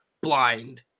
blind